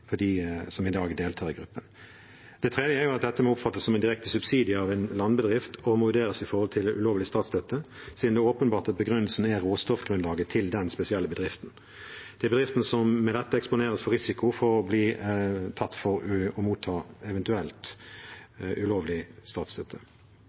i dag deltar i gruppen. Det tredje er at dette må oppfattes som en direkte subsidie av en landbedrift og må vurderes i forhold til ulovlig statsstøtte, siden det er åpenbart at begrunnelsen er råstoffgrunnlaget til den spesielle bedriften, de bedriftene som med dette eksponeres for risiko for eventuelt å bli tatt for å motta